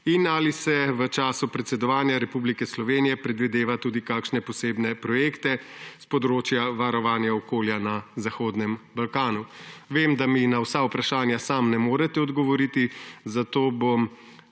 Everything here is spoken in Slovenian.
Ali se v času predsedovanja Republike Slovenije predvideva tudi kakšne posebne projekte s področja varovanja okolja na Zahodnem Balkanu? Vem, da mi na vsa vprašanja sami ne morete odgovoriti, zato bom